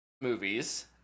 movies